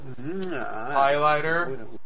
Highlighter